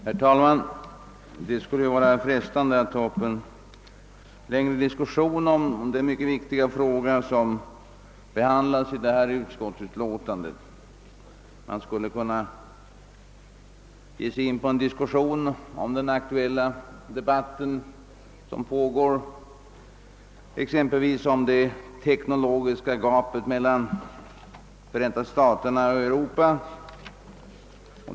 Herr talman! Det skulle vara frestande att ta upp en längre dikussion om den mycket viktiga fråga som behandlas i detta utskottsutlåtande. Man skulle kunna ge sig in på en diskussion om den pågående debatten om exempelvis det teknologiska gapet mellan Förenta staterna och Europa.